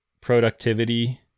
productivity